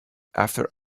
after